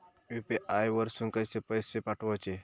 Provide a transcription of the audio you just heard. UPI वरसून पैसे कसे पाठवचे?